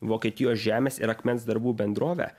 vokietijos žemės ir akmens darbų bendrovę